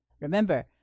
Remember